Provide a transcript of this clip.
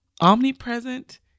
omnipresent